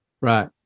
Right